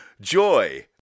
joy